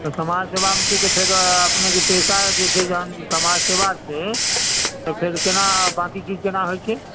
समाजसेवा मे छियै की फेर अपने के पेशा जे छै जहन समाजसेवा छै तेकर केना बाँकी चीज केना होइ छै